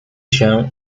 się